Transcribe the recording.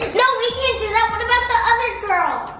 no, we can't do that, what about the other girls?